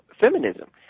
feminism